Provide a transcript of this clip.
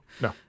no